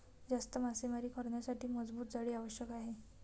जास्त मासेमारी करण्यासाठी मजबूत जाळी आवश्यक आहे